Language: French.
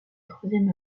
troisième